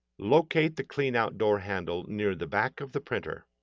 locate the cleanout door handle near the back of the printer.